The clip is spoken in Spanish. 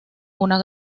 gran